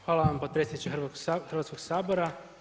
Hvala vam potpredsjedniče Hrvatskog sabora.